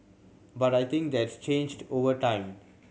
but I think that's changed over time